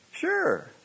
Sure